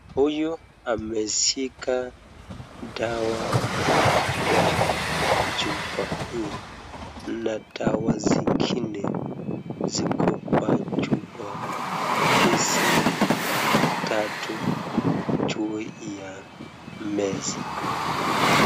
Huyu ameshika dawa kwa chupa, na dawa zingine ziko kwa chupa hizi tatu juu ya meza.